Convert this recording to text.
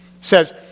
says